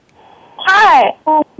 Hi